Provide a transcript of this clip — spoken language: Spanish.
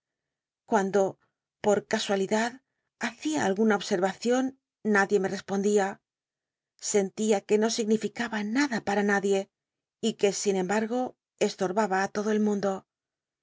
cuando por casualidad hacia lguna obseryacion nadie me respondía sen tia que no ignificaba nada p un nadie y que sin embnrgo estorbaba t todo el mundo